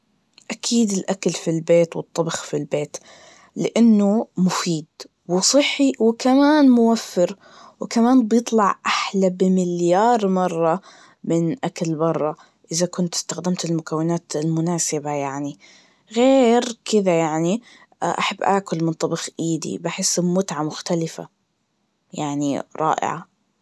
أكيد الأكل في البيت والطبخ في البيت, لأنه مفيد وصحي وكمان موفر, وكمان بيطلعأحلى بمليار مرة من أكل برا, إذا كنت استخدمت المكونات المناسبة يعني, غير كدا يعني, أحب آكل من طبخ إيدي, بحس بمتعة مختلفة, يعني رائعة.